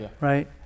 Right